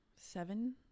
Seven